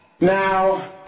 Now